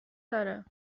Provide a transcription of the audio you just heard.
داره